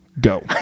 Go